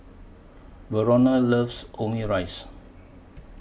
Verona loves Omurice